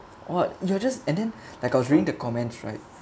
what you're just and then like I was reading the comments right